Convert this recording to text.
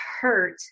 hurt